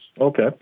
Okay